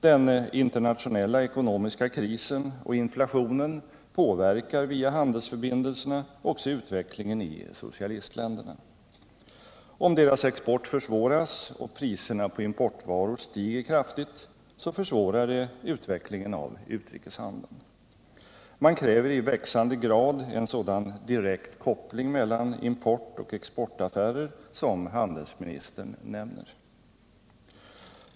Den internationella ekonomiska krisen och inflationen påverkar via handelsförbindelserna också utvecklingen i socialistländerna. Om deras export försvåras och priserna på importvaror stiger kraftigt, försvårar det utvecklingen av utrikeshandeln. Man kräver i växande grad en sådan direkt koppling mellan import och exportaffärer som handelsministern nämner.